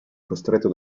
costretto